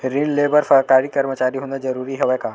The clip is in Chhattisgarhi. ऋण ले बर सरकारी कर्मचारी होना जरूरी हवय का?